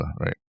right